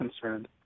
concerned